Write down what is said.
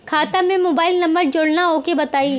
खाता में mobile number जोड़ना ओके बताई?